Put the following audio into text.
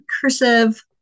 cursive